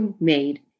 made